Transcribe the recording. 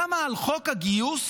למה על חוק הגיוס